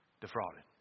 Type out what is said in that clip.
defrauded